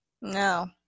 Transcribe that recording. No